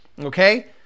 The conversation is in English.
okay